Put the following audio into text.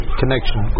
connection